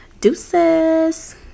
Deuces